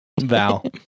Val